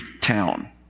town